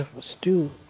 stew